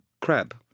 crab